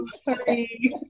sorry